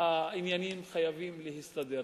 העניינים חייבים להסתדר.